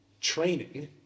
Training